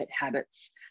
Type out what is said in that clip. habits